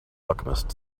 alchemist